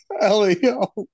Elio